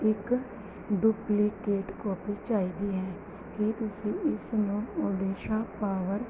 ਇੱਕ duplicate copy ਚਾਹੀਦੀ ਹੈ ਕੀ ਤੁਸੀਂ ਇਸ ਨੂੰ ਓਡੀਸ਼ਾ ਪਾਵਰ